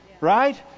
Right